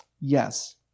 Yes